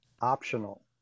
optional